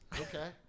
Okay